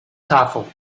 tafel